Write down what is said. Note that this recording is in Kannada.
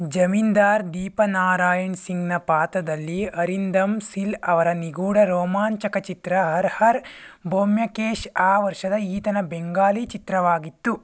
ಜಮೀನ್ದಾರ್ ದೀಪನಾರಾಯಣ್ ಸಿಂಗ್ನ ಪಾತ್ರದಲ್ಲಿ ಅರಿಂದಮ್ ಸಿಲ್ ಅವರ ನಿಗೂಢ ರೋಮಾಂಚಕ ಚಿತ್ರ ಹರ್ ಹರ್ ಬೋಮ್ಯಕೇಶ್ ಆ ವರ್ಷದ ಈತನ ಬೆಂಗಾಲಿ ಚಿತ್ರವಾಗಿತ್ತು